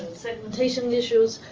segmentation issues.